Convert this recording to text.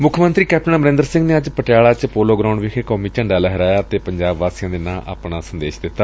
ਮੁੱਖ ਮੰਤਰੀ ਕੈਪਟਨ ਅਮਰੰਦਰ ਸਿੰਘ ਨੇ ਅੱਜ ਪਟਿਆਲਾ ਚ ਪੋਲੋ ਗਰਾਉਡ ਵਿਖੇ ਕੌਮੀ ਝੰਡਾ ਲਹਿਰਾਇਆ ਅਤੇ ਪੰਜਾਬ ਵਾਸੀਆਂ ਦੇ ਨਾਂ ਆਪਣਾ ਸੰਦੇਸ਼ ਦਿੱਤਾ